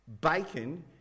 Bacon